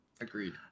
agreed